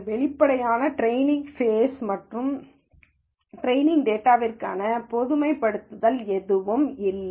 வெளிப்படையான training phase மற்றும் பயிற்சி டேட்டாவிற்கான பொதுமைப்படுத்தல் எதுவும் இல்லை